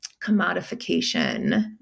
commodification